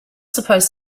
supposed